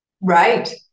Right